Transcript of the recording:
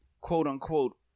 quote-unquote